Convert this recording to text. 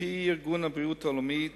על-פי ארגון הבריאות העולמי,